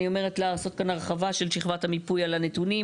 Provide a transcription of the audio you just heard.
לעשות כאן הרחבה של שכבת המיפוי על הנתונים.